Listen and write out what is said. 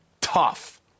tough